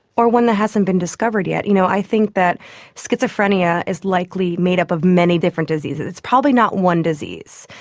or one that hasn't been discovered yet. you know, i think that schizophrenia is likely made up of many different diseases. it's probably not one disease.